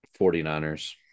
49ers